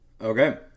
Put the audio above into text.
Okay